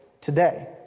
today